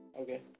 Okay